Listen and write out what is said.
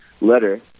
letter